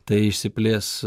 tai išsiplės